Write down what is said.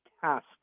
tasks